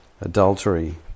adultery